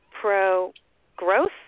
pro-growth